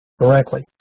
directly